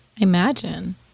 Imagine